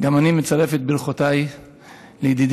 גם אני מצרף את ברכותיי לידידי